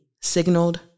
signaled